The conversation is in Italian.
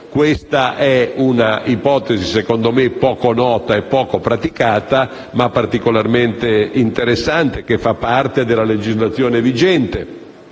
Questa è un'ipotesi - secondo me - poco nota e poco praticata, ma particolarmente interessante, che fa parte della legislazione vigente.